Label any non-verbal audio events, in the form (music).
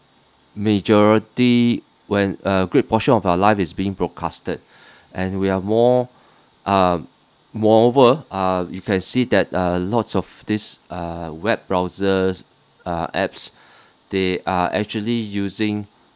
majority when a great portion of our life is being broad casted (breath) and we are more (breath) um moreover uh you can see that uh lots of this uh web browsers uh apps (breath) they are actually using